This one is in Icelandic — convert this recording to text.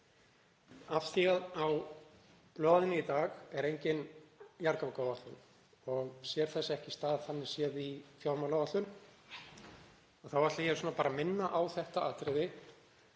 Af því að á blaðinu í dag er engin jarðgangaáætlun og sér þess ekki stað þannig séð í fjármálaáætlun þá ætla ég bara að minna á þetta atriði,